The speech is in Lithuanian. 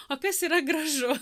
o kas yra gražu